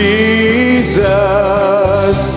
Jesus